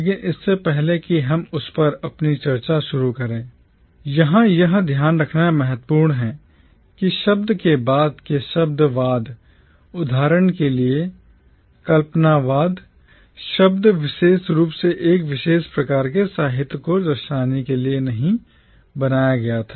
लेकिन इससे पहले कि हम उस पर अपनी चर्चा शुरू करें यहां यह ध्यान रखना महत्वपूर्ण है कि शब्द के बाद के शब्दवादउदाहरण के लिएकल्पनावाद शब्द विशेष रूप से एक विशेष प्रकार के साहित्य को दर्शाने के लिए नहीं बनाया गया था